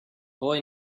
boy